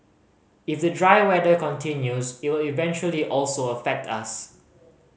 if the dry weather continues it will eventually also affect us